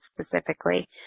specifically